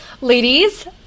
Ladies